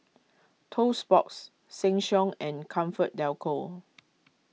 Toast Box Seng Siong and Comfort Delgro